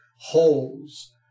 holes